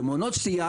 שמונעות סטייה